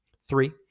Three